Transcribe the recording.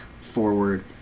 forward